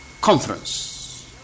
conference